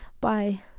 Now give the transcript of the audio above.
bye